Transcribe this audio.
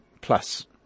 Plus